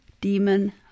demon